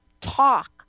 talk